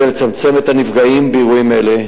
לצמצם את מספר הנפגעים באירועים אלו.